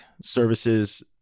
services